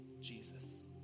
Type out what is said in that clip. Jesus